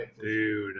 dude